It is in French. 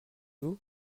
vous